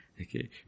Okay